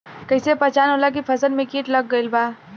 कैसे पहचान होला की फसल में कीट लग गईल बा?